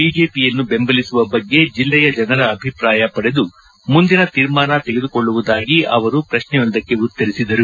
ಬಿಜೆಪಿಯನ್ನು ಬೆಂಬಲಿಸುವ ಬಗ್ಗೆ ಜಿಲ್ಲೆಯ ಜನರ ಅಭಿಪ್ರಾಯ ಪಡೆದು ಮುಂದಿನ ತೀರ್ಮಾನ ತೆಗೆದುಕೊಳ್ಳುವುದಾಗಿ ಅವರು ಪ್ರಶ್ನೆಯೊಂದಕ್ಕೆ ಉತ್ತರಿಸಿದರು